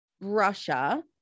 Russia